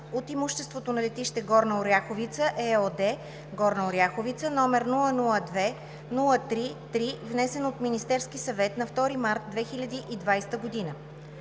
от имуществото на „Летище Горна Оряховица“ ЕООД – Горна Оряховица, № 002-03-3, внесен от Министерския съвет на 2 март 2020 г.